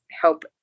help